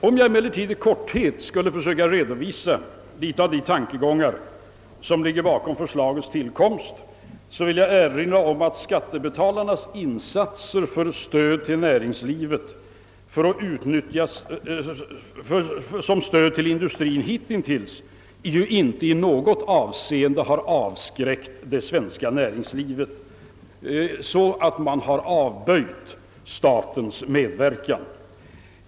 Om jag emellertid i korthet skulle försöka redovisa några av de tankegångar som ligger bakom förslagets tillkomst, vill jag erinra om att skattebetalarnas insatser för stöd till industrien hitintills inte i något avseende har avskräckt det svenska näringslivet så att detta har avböjt statens medverkan.